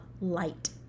light